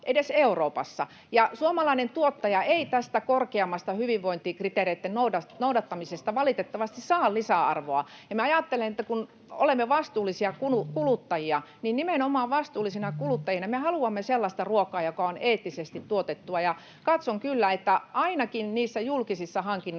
edes Euroopassa. Ja suomalainen tuottaja ei tästä korkeammasta hyvinvointikriteereitten noudattamisesta valitettavasti saa lisäarvoa. Minä ajattelen, että kun olemme vastuullisia kuluttajia, niin nimenomaan vastuullisina kuluttajina me haluamme sellaista ruokaa, joka on eettisesti tuotettua. [Petri Huru: Juuri näin! Edellinen hallitus